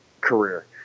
career